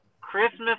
Christmas